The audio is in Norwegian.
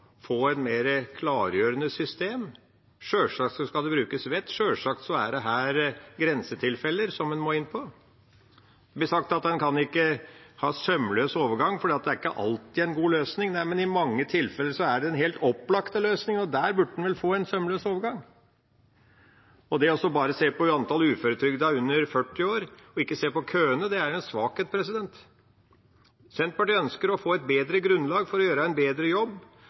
få et mer klargjørende system. Sjølsagt skal det brukes vett, sjølsagt er det grensetilfeller som en må inn på. Det blir sagt at en kan ikke ha en sømløs overgang fordi det ikke alltid er en god løsning. Nei, men i mange tilfeller er det den helt opplagte løsningen, og da burde en vel få en sømløs overgang. Og bare å se på antall uføretrygdede under 40 år og ikke se på køene er en svakhet. Senterpartiet ønsker å få et bedre grunnlag for å gjøre en bedre jobb.